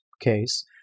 case